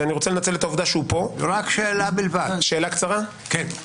שאלה קצרה, בבקשה.